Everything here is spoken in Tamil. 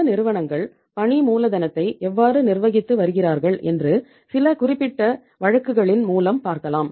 சில நிறுவனங்கள் பணி மூலதனத்தை எவ்வாறு நிர்வகித்து வருகிறார்கள் என்று சில குறிப்பிட்ட வழக்குகலின் மூலம் பார்க்கலாம்